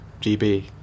GB